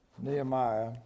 Nehemiah